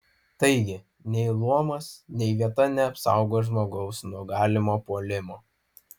taigi nei luomas nei vieta neapsaugo žmogaus nuo galimo puolimo